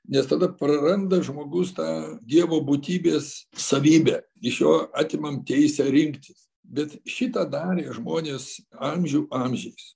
nes tada praranda žmogus tą dievo būtybės savybę iš jo atimam teisę rinktis bet šitą darė žmonės amžių amžiais